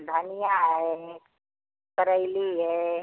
धनिया है करेला है